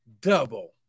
double